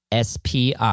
SPI